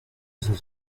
sus